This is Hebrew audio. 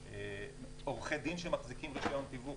או עורכי דין שמחזיקים רישיון תיווך,